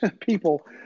people